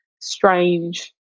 strange